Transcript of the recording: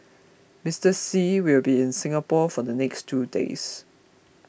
Mister Xi will be in Singapore for the next two days